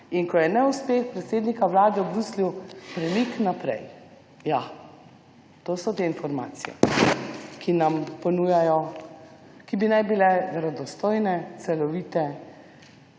in ko je neuspeh predsednika Vlade v Bruslju premik naprej, ja, to so te informacije, ki nam jih ponujajo, ki bi naj bile verodostojne, celovite,